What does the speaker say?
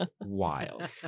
wild